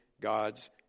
God's